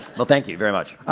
well thank you very much.